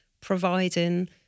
providing